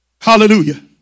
Hallelujah